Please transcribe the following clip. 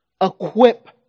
equip